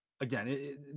again